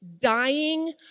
dying